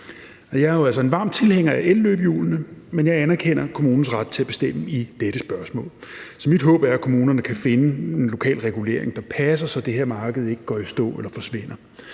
altså en varm tilhænger af elløbehjulene, men jeg anerkender kommunens ret til at bestemme i dette spørgsmål. Så mit håb er, at kommunerne kan finde en lokal regulering, der passer, så det her marked ikke går i stå eller forsvinder.